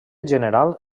general